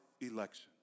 election